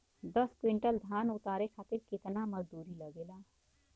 दस क्विंटल धान उतारे खातिर कितना मजदूरी लगे ला?